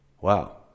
Wow